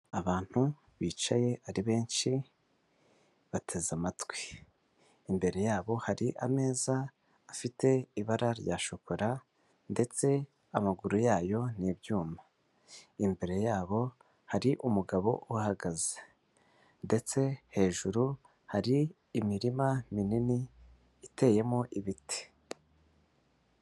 Abantu bicaye ari benshi bateze amatwi, imbere yabo hari ameza afite ibara rya shokora ndetse amaguru yayo n'ibyuma, imbere yabo hari umugabo uhagaze ndetse hejuru hari imirima minini iteyemo ibiti.